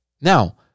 Now